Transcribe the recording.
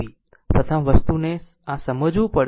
પ્રથમ વસ્તુને આ સમજવું પડશે